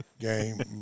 game